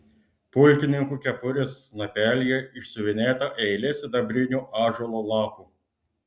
pulkininkų kepurės snapelyje išsiuvinėta eilė sidabrinių ąžuolo lapų